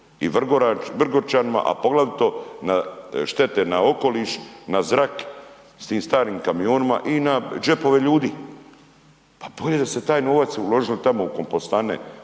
i Vrgorčanima a poglavito na štete na okoliš, na zrak s tim starim kamionima i na džepove ljudi. Pa bolje da ste taj novac uložili tamo u kompostane,